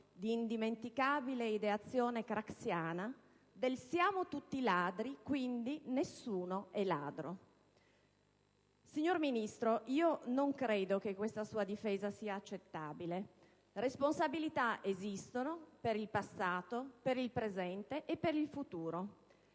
di indimenticabile ideazione craxiana, del «siamo tutti ladri, quindi nessuno è ladro». Signor Ministro, io non credo che questa sua difesa sia accettabile; responsabilità esistono, per il passato, per il presente e per il futuro.